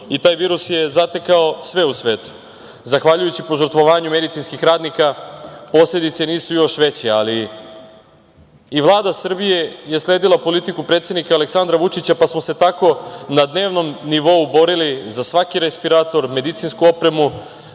i taj virus je zatekao sve u svetu. Zahvaljujući požrtvovanju medicinskih radnika, posledice nisu još veće. Vlada Srbije je sledila politiku predsednika Aleksandra Vučića, pa smo se tako na dnevnom nivou borili za svaki respirator, medicinsku opremu,